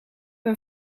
een